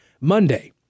Monday